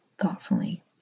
thoughtfully